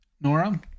Nora